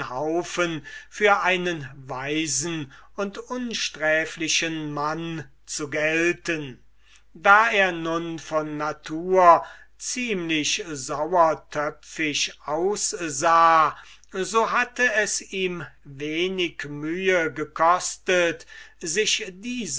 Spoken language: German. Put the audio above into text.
für einen weisen und unsträflichen mann zu gelten da er nun von natur ziemlich sauertöpfisch aussah so hatte es ihm wenig mühe gekostet sich diese